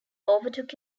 overtook